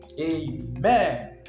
Amen